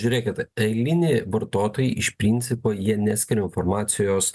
žiūrėkite eiliniai vartotojai iš principo jie neskiria formacijos